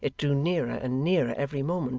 it drew nearer and nearer every moment,